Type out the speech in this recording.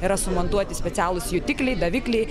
yra sumontuoti specialūs jutikliai davikliai